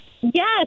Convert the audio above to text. Yes